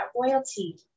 royalty